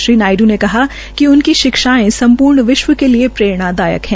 श्री नायड् ने कहा कि उनकी शिक्षायें सम्पूर्ण विश्व के लिये प्रेरणादायक है